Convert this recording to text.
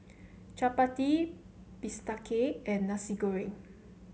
Chappati Bistake and Nasi Goreng